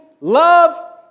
love